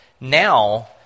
now